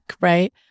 Right